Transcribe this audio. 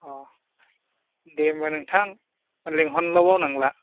औ दे होमबा नोंथां लिंहरनोल' बावनांला